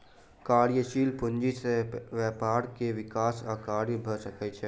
कार्यशील पूंजी से व्यापार के विकास आ कार्य भ सकै छै